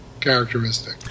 Characteristic